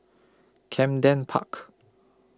Camden Park